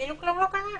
כאילו כלום לא קרה.